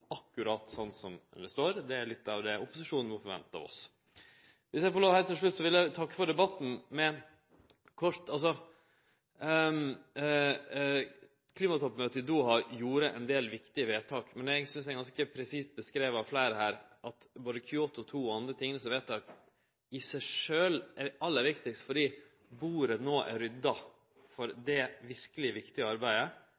akkurat sånn som det står. Det er litt av det opposisjonen no forventar av oss. Viss eg får lov heilt til slutt, vil eg takke for debatten med å seie kort: Klimatoppmøtet i Doha gjorde ein del viktige vedtak, men eg synest det er ganske presist beskrive av fleire her at både Kyoto 2 og andre ting som er vedtekne, i seg sjølv er aller viktigast fordi bordet no er rydda for